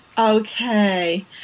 Okay